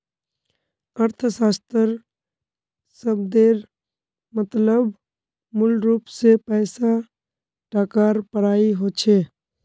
अर्थशाश्त्र शब्देर मतलब मूलरूप से पैसा टकार पढ़ाई होचे